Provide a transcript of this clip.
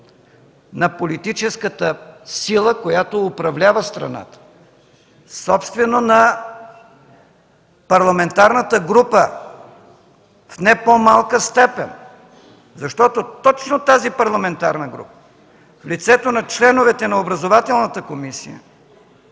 на политическата сила, която управлява страната, на парламентарната група в не по-малка степен, защото точно тази парламентарна група в лицето на членовете на Образователната комисия